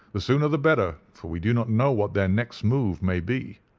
the sooner the better, for we do not know what their next move may be.